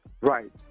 Right